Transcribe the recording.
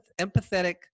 empathetic